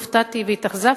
הופתעתי והתאכזבתי,